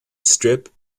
strip